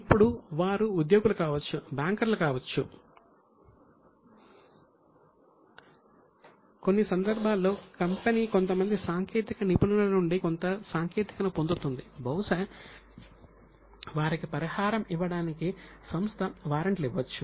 ఇప్పుడు వారు ఉద్యోగులు కావచ్చు బ్యాంకర్లు కావచ్చు కొన్ని సందర్భాల్లో కంపెనీ కొంతమంది సాంకేతిక నిపుణులు నుండి కొంత సాంకేతికతను పొందుతుంది బహుశా వారికి పరిహారం ఇవ్వడానికి సంస్థ వారెంట్లు ఇవ్వచ్చు